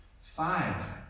Five